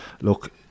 look